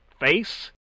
face